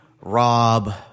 rob